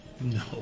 No